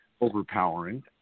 overpowering